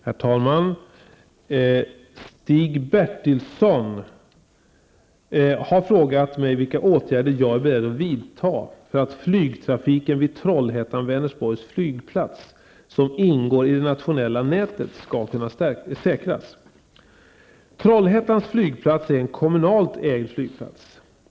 Herr talman! Stig Bertilsson har frågat mig vilka åtgärder jag är beredd att vidta för att flygtrafiken vid Trollhättan-Vänersborgs flygplats, som ingår i det nationella nätet, skall kunna säkras. Trollhättans flygplats är en kommunalt ägd flygplats.